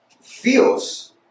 feels